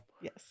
Yes